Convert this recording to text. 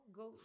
go